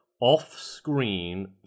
off-screen